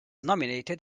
nominated